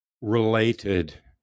related